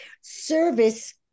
service